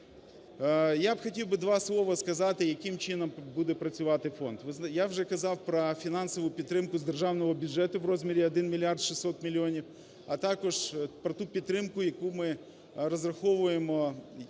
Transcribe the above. Я хотів би два слова сказати, яким чином буде працювати фонд. Я вже казав про фінансову підтримку з державного бюджету у розмірі 1 мільярд 600 мільйонів, а також про ту підтримку, яку ми розраховуємо